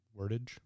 wordage